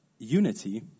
Unity